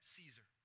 Caesar